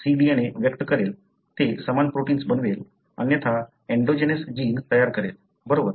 cDNA व्यक्त करेल ते समान प्रोटिन्स बनवेल अन्यथा एन्डोजेनस जीन तयार करेल बरोबर